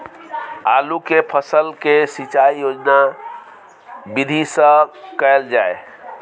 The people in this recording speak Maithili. आलू के फसल के सिंचाई केना विधी स कैल जाए?